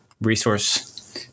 resource